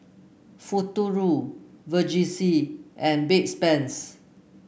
Futuro Vagisil and Bedpans